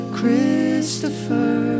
Christopher